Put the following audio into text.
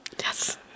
Yes